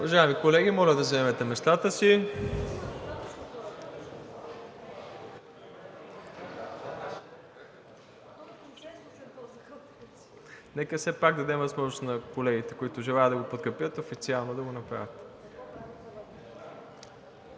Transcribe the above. Уважаеми колеги, моля да заемете местата си. (Реплики.) Нека все пак да дадем възможност на колегите, които желаят да го подкрепят, официално да го направят.